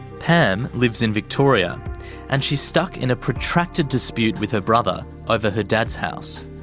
pam lives in victoria and she's stuck in a protracted dispute with her brother over her dad's house.